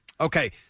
Okay